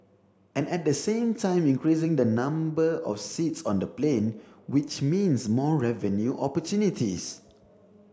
and at the same time increasing the number of seats on the plane which means more revenue opportunities